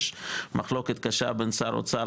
יש מחלוקת קשה בין שר האוצר,